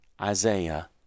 Isaiah